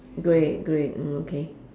grey grey mm okay